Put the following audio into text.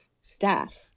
staff